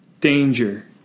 danger